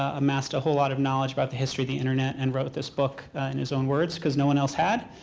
ah amassed a whole lot of knowledge about the history of the internet and wrote this book in his own words, because no one else had.